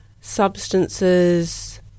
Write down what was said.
substances